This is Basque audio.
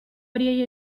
horiei